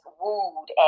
wooed